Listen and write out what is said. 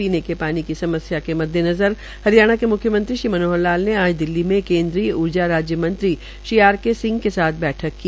पीने के पानी की सम्स्या के मद्देनज़र हरियाणा के मुख्यमंत्री श्री मनोहर लाल ने आज नई दिल्ली में केन्द्रीय ऊर्जा मंत्री श्री आर के सिंह के साथ बैठक की